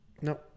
No